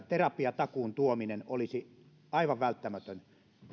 terapiatakuun tuominen olisi aivan välttämätön